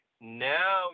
Now